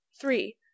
three